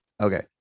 okay